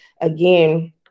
Again